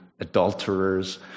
Adulterers